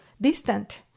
distant